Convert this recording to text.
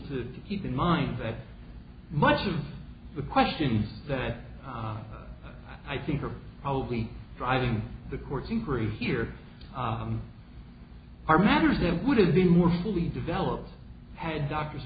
to keep in mind that much of the questions that i think are probably driving the court's increase here are matters that would have been more fully developed had doctors